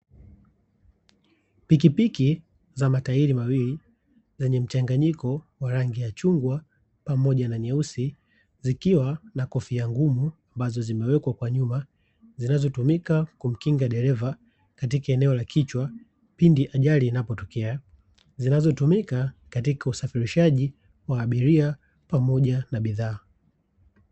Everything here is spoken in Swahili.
Pikipiki za matairi mawili, zenye mchanganyiko wa rangi ya chungwa pamoja na nyeusi, zikiwa na kofia ngumu ambazo zimewekwa kwa nyuma, zinazotumika kumkinga dereva katika eneo la kichwa pindi ajali inapotokea, zinazotumika katika usafirishaji wa abiria pamoja na bidhaa.